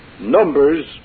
Numbers